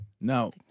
Now